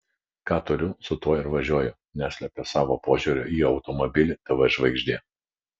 ką turiu su tuo ir važiuoju neslepia savo požiūrio į automobilį tv žvaigždė